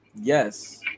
Yes